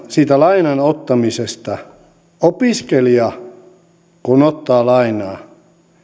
siitä lainan ottamisesta opiskelija kun ottaa lainaa